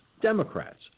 Democrats